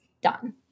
done